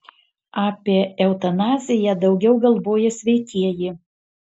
apie eutanaziją daugiau galvoja sveikieji